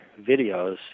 videos